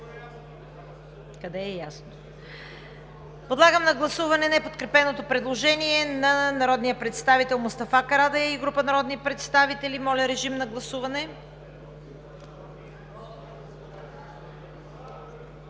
не е прието. Подлагам на гласуване неподкрепеното предложение на народния представител Мустафа Карадайъ и група народни представители. Гласували